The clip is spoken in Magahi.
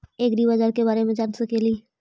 ऐग्रिबाजार के बारे मे जान सकेली?